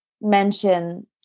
mention